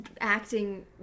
acting